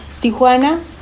Tijuana